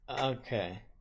Okay